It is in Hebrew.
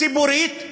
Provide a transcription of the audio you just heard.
ציבורית,